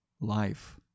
life